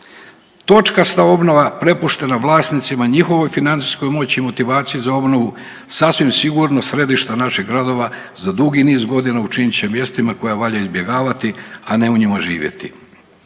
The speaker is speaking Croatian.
Točkasta obnova prepuštena vlasnicima o njihovoj financijskoj moći, motivacije za obnovu sasvim sigurno središta naših radova, za dugi niz godina učinit će mjestima koja valja izbjegavati, a ne u njima živjeti.